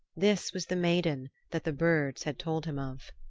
this was the maiden that the birds had told him of.